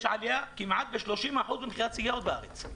יש עלייה של כמעט 30% במכירת סיגריות בארץ.